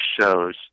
shows